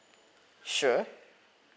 sure